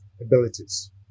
abilities